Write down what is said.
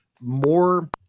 more